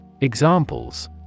Examples